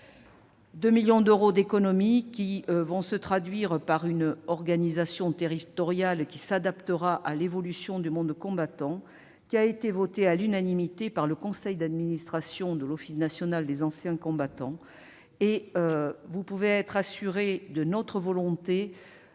2,5 millions d'euros d'économies se traduiront par une organisation territoriale qui s'adaptera à l'évolution du monde combattant. Ces mesures ont été votées à l'unanimité par le conseil d'administration de l'Office national des anciens combattants. Vous pouvez être assurés de notre volonté